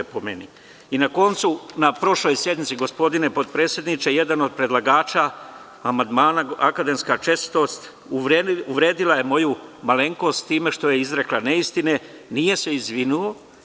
Na koncu, na prošloj sednici, gospodine potpredsedniče, jedan od predlagača amandmana, akademska čestitost, uvredila je moju malenkost time što je izrekla neistine, nije se izvinio.